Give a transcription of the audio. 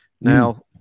Now